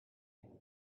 and